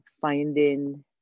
finding